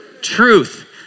truth